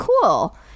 cool